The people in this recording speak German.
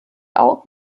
auch